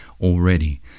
already